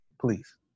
Please